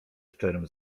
szczerym